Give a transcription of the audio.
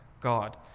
God